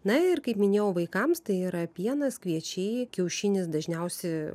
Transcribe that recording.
na ir kaip minėjau vaikams tai yra pienas kviečiai kiaušinis dažniausi